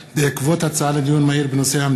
בעקבות דיון מהיר בהצעת חברי הכנסת מיכל בירן,